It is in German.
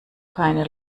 keine